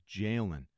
Jalen